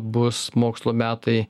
bus mokslo metai